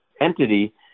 entity